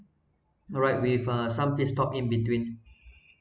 alright with uh some pit stop in between